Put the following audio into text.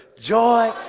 joy